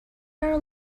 are